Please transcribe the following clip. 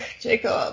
Jacob